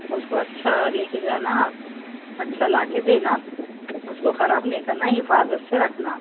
اس کو اچھا لے کے جانا اچھا لا کے دینا اس کو خراب نہیں کرنا حفاظت سے رکھنا